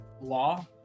law